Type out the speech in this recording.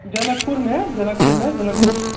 जनकपुरमे जनकपुरमे जनकपुर